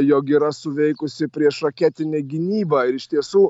jog yra suveikusi priešraketinė gynyba ir iš tiesų